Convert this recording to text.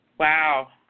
Wow